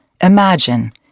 Imagine